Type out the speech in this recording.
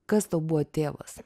kas tau buvo tėvas